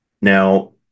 Now